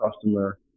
customer